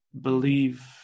believe